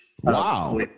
Wow